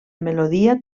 melodia